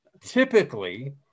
typically